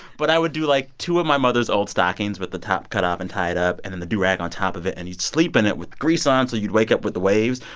but i would do, like, two of my mother's old stockings with the top cut off and tie it up and then the do-rag on top of it. and you'd sleep in it with grease on so you'd wake up with the waves.